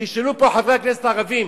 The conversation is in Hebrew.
תשאלו פה את חברי הכנסת הערבים,